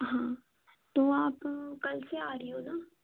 हाँ तो आप कल से आ रही हो न